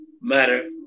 matter